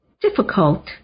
difficult